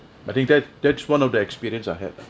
but he died that's one of the experience I had ah